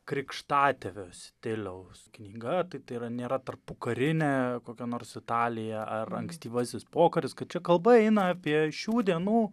krikštatėvio stiliaus knyga tai tai yra nėra tarpukarinė kokia nors italija ar ankstyvasis pokaris kad čia kalba eina apie šių dienų